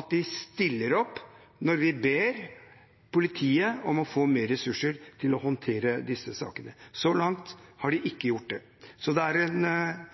at de stiller opp når vi ber om at politiet skal få mer ressurser til å håndtere disse sakene. Så langt har de ikke gjort det, så det er en